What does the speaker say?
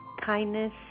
Kindness